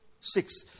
six